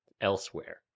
elsewhere